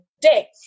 day